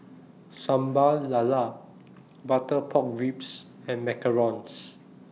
Sambal Lala Butter Pork Ribs and Macarons